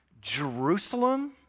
Jerusalem